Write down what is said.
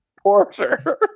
Porter